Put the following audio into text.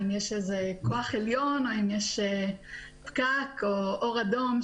אם יש כוח עליון או אם יש פקק או אור אדום,